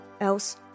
else